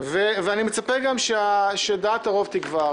ואני מצפה גם שדעת הרוב תקבע.